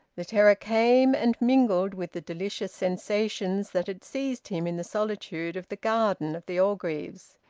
the terror came and mingled with the delicious sensations that had seized him in the solitude of the garden of the orgreaves.